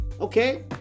Okay